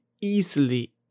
easily